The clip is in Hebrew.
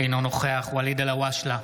אינו נוכח ואליד אלהואשלה,